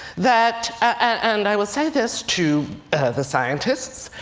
that, and i will say this to the scientists,